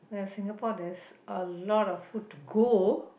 Singapore there's a lot of food to go